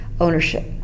ownership